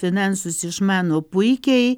finansus išmano puikiai